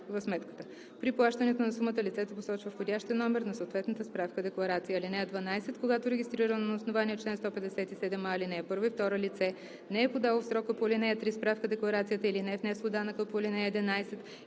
При плащането на сумата лицето посочва входящия номер на съответната справка-декларация. (12) Когато регистрирано на основание чл. 157а, ал. 1 и 2 лице не е подало в срока по ал. 3 справка-декларацията или не е внесло данъка по ал. 11,